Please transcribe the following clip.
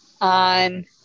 on